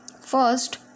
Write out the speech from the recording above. first